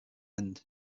end